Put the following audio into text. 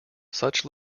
such